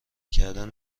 کردن